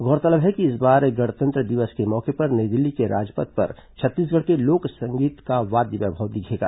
गौरतलब है कि इस बार गणतंत्र दिवस के मौके पर नई दिल्ली के राजपथ पर छत्तीसगढ़ के लोक संगीत का वाद्य वैभव दिखेगा